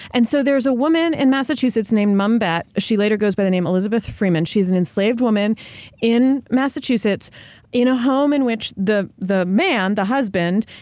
and so, there's a woman in massachusetts named mum bett. she later goes by the name elizabeth freeman. she's an enslaved woman in massachusetts in a home in which the the man, the husband,